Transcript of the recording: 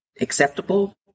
acceptable